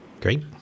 Great